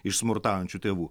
iš smurtaujančių tėvų